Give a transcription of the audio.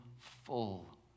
full